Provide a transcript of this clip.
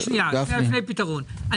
לפני הפתרון,